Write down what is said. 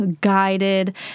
guided